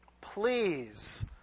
please